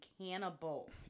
cannibal